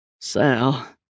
Sal